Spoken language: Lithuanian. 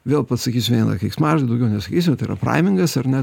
vėl pasakysiu vieną keiksmažodį daugiau nesakysiu tai yra praimingas ar ne